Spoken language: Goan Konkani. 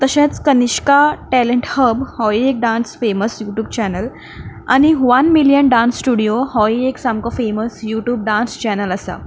तशेंच कनिश्का टेंलट हब होय एक dance famous YouTube channel आनी वन मिलियन डान्स स्टूडियो होय एक सामको फेमस यूट्यूब डान्स चॅनल आसा